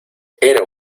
era